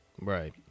right